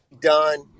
done